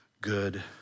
good